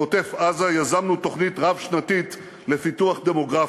בעוטף-עזה יזמנו תוכנית רב-שנתית לפיתוח דמוגרפי.